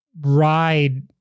ride